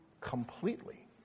completely